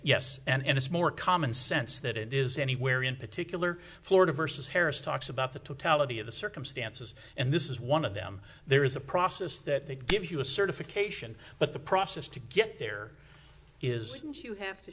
yes and it's more common sense that it is anywhere in particular florida versus harris talks about the totality of the circumstances and this is one of them there is a process that gives you a certification but the process to get there is and you have to